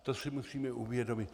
To si musíme uvědomit.